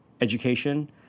education